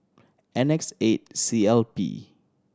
N X eight C L P